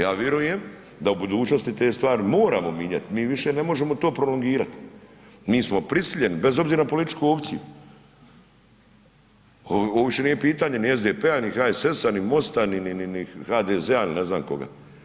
Ja virujem da u budućnosti te stvari moramo mijenjat, mi više ne možemo to prolongirati, mi smo prisiljeni bez obzira na političku opciju, ovo više nije pitanje ni SDp-a, ni HSS-a, ni MOST-a, ni HDZ-a, ni ne znam koga.